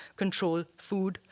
control, food.